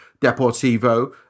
Deportivo